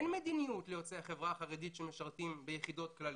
אין מדיניות ליוצאי החברה החרדית שמשרתים ביחידות כלליות,